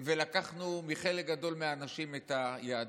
ולקחנו מחלק גדול מהאנשים את היהדות.